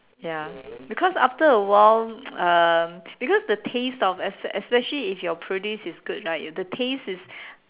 ya because after a while um because the taste of esp~ especially if your produce is good right if the taste is